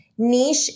Niche